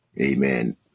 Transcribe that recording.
Amen